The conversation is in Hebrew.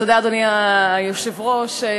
אדוני היושב-ראש,